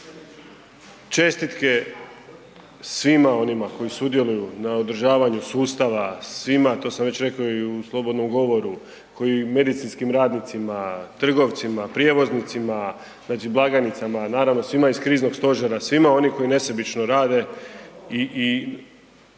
Čestitke svima onima koji sudjeluju na održavanju sustava, svima, to sam već rekao i u slobodnom govoru, medicinskim radnicima, trgovcima, prijevoznicima, blagajnicama, naravno svima iz Kriznog stožera, svima onima koji nesebično rade i